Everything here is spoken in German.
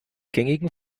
gängigen